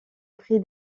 prix